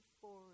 forward